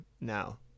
now